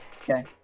Okay